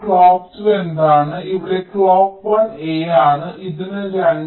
clock 2 എന്താണ് ഇവിടെ clock 1 a ആണ് ഇതിന് 2